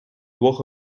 двох